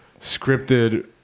scripted